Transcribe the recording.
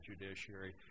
judiciary